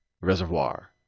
reservoir